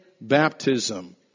baptism